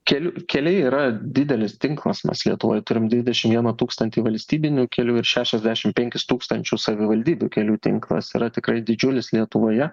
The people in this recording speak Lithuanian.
keli keliai yra didelis tinklas mes lietuvoj turim dvidešim vieną tūkstantį valstybinių kelių ir šešiasdešim penkis tūkstančius savivaldybių kelių tinklas yra tikrai didžiulis lietuvoje